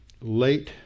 late